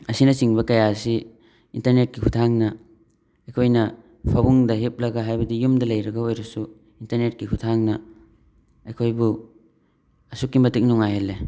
ꯑꯁꯤꯅꯆꯤꯡꯕ ꯀꯌꯥ ꯑꯁꯤ ꯏꯟꯇꯔꯅꯦꯠꯀꯤ ꯈꯨꯠꯊꯥꯡꯅ ꯑꯩꯈꯣꯏꯅ ꯐꯃꯨꯡꯗ ꯍꯤꯞꯂꯒ ꯍꯥꯏꯕꯗꯤ ꯌꯨꯝꯗ ꯂꯩꯔꯒ ꯑꯣꯏꯔꯁꯨ ꯏꯟꯇꯔꯅꯦꯠꯀꯤ ꯈꯨꯠꯊꯥꯡꯅ ꯑꯩꯈꯣꯏꯕꯨ ꯑꯁꯨꯛꯀꯤ ꯃꯇꯤꯛ ꯅꯨꯡꯉꯥꯏꯍꯜꯂꯦ